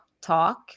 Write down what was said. talk